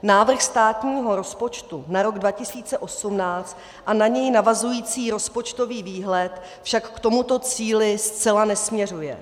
Návrh státního rozpočtu na rok 2018 a na něj navazující rozpočtový výhled však k tomuto cíli zcela nesměřuje.